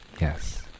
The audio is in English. Yes